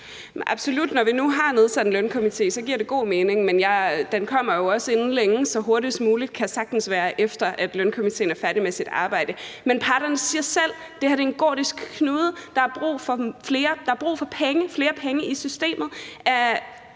mening, når vi nu har nedsat en lønkomité, men den kommer jo også med sit udspil inden længe, så hvis det skal være hurtigst muligt, kan det sagtens være efter, at lønkomitéen er færdig med sit arbejde. Men parterne siger selv, at det her er en gordisk knude, at der er brug for flere penge i systemet